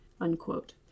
unquote